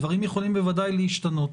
דברים יכולים בוודאי להשתנות.